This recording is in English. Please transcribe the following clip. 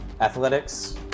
Athletics